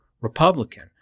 Republican